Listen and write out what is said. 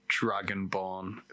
dragonborn